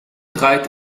draait